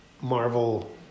Marvel